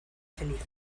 feliz